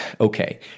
okay